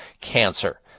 cancer